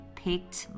picked